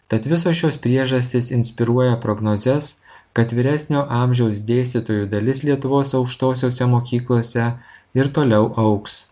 tad visos šios priežastys inspiruoja prognozes kad vyresnio amžiaus dėstytojų dalis lietuvos aukštosiose mokyklose ir toliau augs